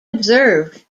observed